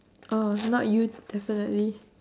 oh not you definitely